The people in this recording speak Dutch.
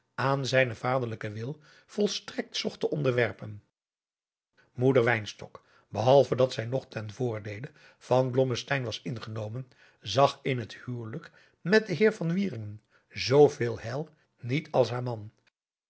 aan zijnen vaderlijken wil volstrekt zocht te onderwerpen moeder wynstok behalve dat zij nog ten voordeele van blommesteyn was ingenomen zag in het huwelijk met den heer van wieringen zoo veel heil niet als haar man